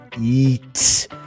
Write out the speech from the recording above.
eat